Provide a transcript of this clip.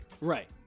Right